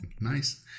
Nice